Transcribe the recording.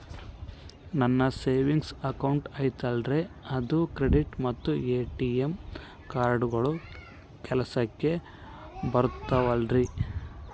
ನನ್ನ savings account ಐತಲ್ರೇ ಅದು ಕ್ರೆಡಿಟ್ ಮತ್ತ ಎ.ಟಿ.ಎಂ ಕಾರ್ಡುಗಳು ಕೆಲಸಕ್ಕೆ ಬರುತ್ತಾವಲ್ರಿ?